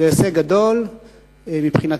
זה הישג גדול מבחינתן,